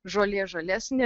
žolė žalesnė